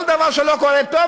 כל דבר שלא קורה טוב,